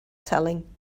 telling